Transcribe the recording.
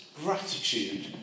gratitude